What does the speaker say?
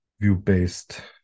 view-based